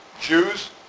Jews